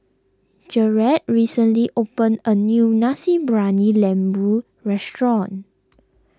Jarrett recently opened a new Nasi Briyani Lembu restaurant